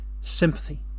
sympathy